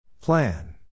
Plan